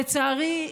לצערי,